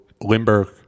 Limburg